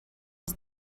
was